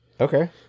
Okay